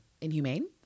inhumane